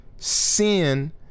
Sin